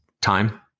time